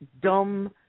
dumb